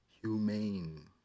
Humane